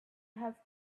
have